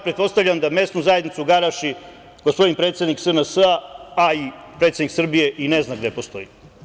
Pretpostavljam da mesnu zajednicu Garaši gospodin predsednik SNS, a i predsednik Srbije i ne zna gde postoji.